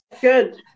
Good